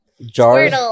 Jars